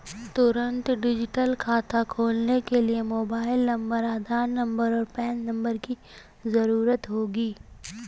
तुंरत डिजिटल खाता खोलने के लिए मोबाइल नंबर, आधार नंबर, और पेन नंबर की ज़रूरत होगी